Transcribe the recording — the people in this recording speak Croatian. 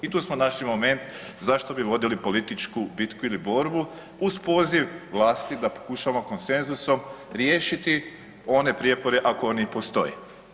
I tu smo našli moment zašto bi vodili političku bitku ili borbu uz poziv vlasti da pokušamo konsenzusom riješiti one prijepore ako oni i postoje.